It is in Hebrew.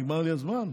נגמר לי הזמן?